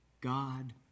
God